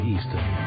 Eastern